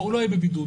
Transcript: הוא לא יהיה בבידוד.